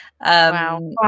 Wow